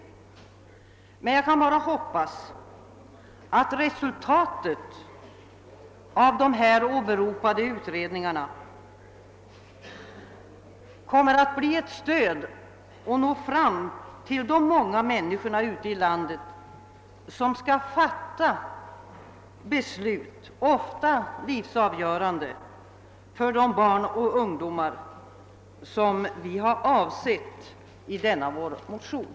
Jag bara hoppas att resultatet av de här åberopade utredningarna kommer att bli ett stöd för och nå fram till de många människor ute i landet som skall fatta beslut, ofta livsavgörande för de barn och ungdomar som vi har avsett i denna vår motion.